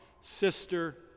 sister